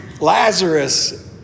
Lazarus